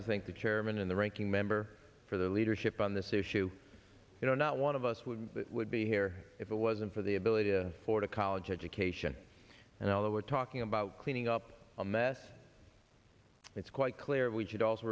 i think the chairman and the ranking member for their leadership on this issue you know not one of us would that would be here if it wasn't for the ability to afford a college education and although we're talking about cleaning up a mess it's quite clear we should also